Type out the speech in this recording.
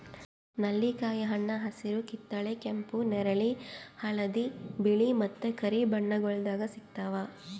ನೆಲ್ಲಿಕಾಯಿ ಹಣ್ಣ ಹಸಿರು, ಕಿತ್ತಳೆ, ಕೆಂಪು, ನೇರಳೆ, ಹಳದಿ, ಬಿಳೆ ಮತ್ತ ಕರಿ ಬಣ್ಣಗೊಳ್ದಾಗ್ ಸಿಗ್ತಾವ್